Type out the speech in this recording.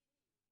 ציניות.